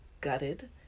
gutted